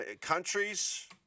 countries